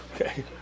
Okay